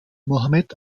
mohammed